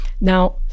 Now